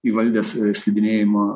įvaldęs slidinėjimo